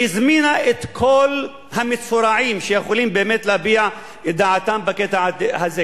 והזמינה את כל המצורעים שיכולים להביע את דעתם בקטע הזה,